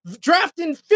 drafting